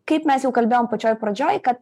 kaip mes jau kalbėjom pačioj pradžioj kad